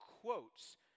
quotes